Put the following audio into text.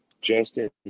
Justin